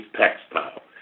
textile